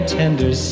tender